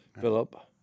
philip